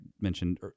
mentioned